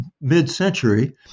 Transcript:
mid-century